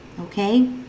Okay